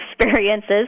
experiences